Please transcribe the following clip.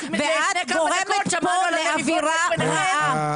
ואת גורמת פה לאווירה רעה.